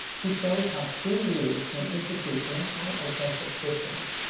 who shows how school leaders can institute anti-oppressive systems.